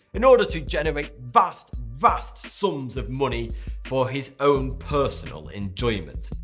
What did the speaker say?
in order to generate vast, vast sums of money for his own personal enjoyment.